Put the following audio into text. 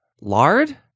Lard